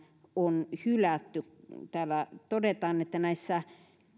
on hylätty täällä todetaan että